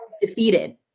defeated